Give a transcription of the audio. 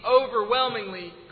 overwhelmingly